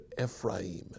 Ephraim